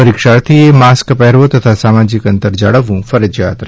પરીક્ષાર્થીએ mask પહેરવો તથા સામાજીક અંતર જાળવવું ફરજીયાત છે